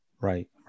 Right